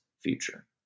future